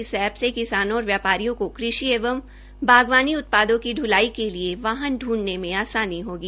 इस एप्प से किसानों और व्यापारियों को कृषि एवं बागवानी उत्पादों की पुलाई के लिए वाहन पूंधने में आसानी होगी